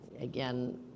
Again